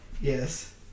yes